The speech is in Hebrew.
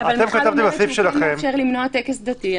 אבל מיכל אומרת שהוא כן מאפשר למנוע טקס דתי,